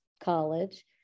college